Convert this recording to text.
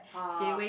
oh